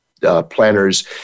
Planners